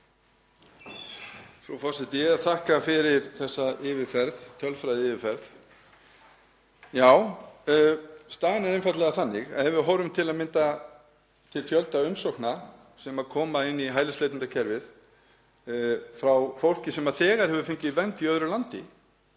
Frú forseti. Ég þakka fyrir þessa tölfræðiyfirferð. Já, staðan er einfaldlega þannig að ef við horfum til að mynda til fjölda umsókna sem koma inn í hælisleitendakerfið frá fólki sem þegar hefur fengið vernd í öðru landi,